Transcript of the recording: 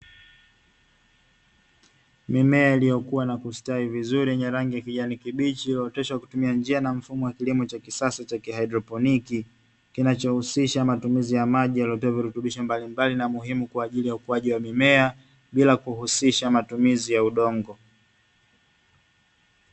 Mimea iliyokuwa na kustawi vizuri yenye rangi ya kijani kibichi ikiyooteshwa kwa kutumia njia na mfumo wa kilimo cha kisasa cha kihaidroponiki, kinachohusisha matumizi ya maji yaliyotiwa virutubisho mbalimbali na muhimu kwaajili ya ukuaji wa mimea bila kuhusisha matumizi ya udongo.